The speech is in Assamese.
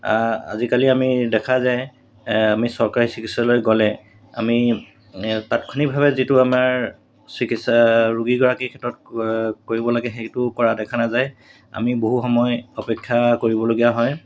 আজিকালি আমি দেখা যায় আমি চৰকাৰী চিকিৎসালয় গ'লে আমি তাৎক্ষণিকভাৱে যিটো আমাৰ চিকিৎসা ৰোগীগৰাকীৰ ক্ষেত্ৰত কৰিব লাগে সেইটো কৰা দেখা নাযায় আমি বহু সময় অপেক্ষা কৰিবলগীয়া হয়